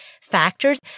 factors